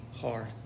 hard